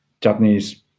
Japanese